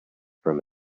from